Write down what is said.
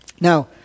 Now